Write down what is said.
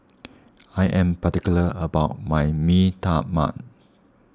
I am particular about my Mee Tai Mak